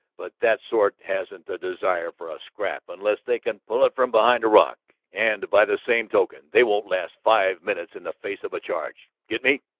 but that sort hasn't the desire for a scrap unless they can pull it from behind a rock. and, by the same token, they won't last five minutes in the face of a charge. get me?